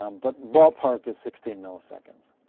um but ballpark is sixteen milliseconds.